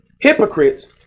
hypocrites